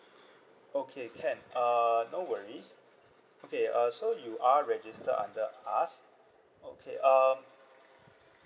okay can uh no worries okay uh so you are registered under us okay uh